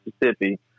Mississippi